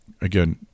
again